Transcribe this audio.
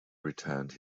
returned